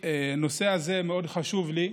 הנושא הזה מאוד חשוב לי.